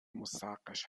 مستحقش